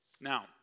Now